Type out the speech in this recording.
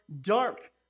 dark